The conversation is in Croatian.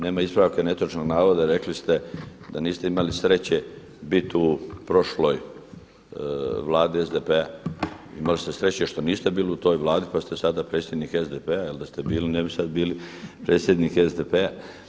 Nema ispravaka netočnog navoda, rekli ste da niste imali sreće biti u prošloj Vladi SDP-a, imali ste sreće što niste bili u toj Vladi pa ste sada predsjednik SDP-a jer da ste bili ne bi sada bili predsjednik SDP-a.